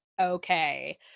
okay